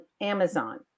Amazon